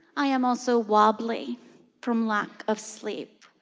i am also wobbly from lack of sleep.